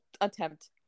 attempt